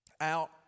out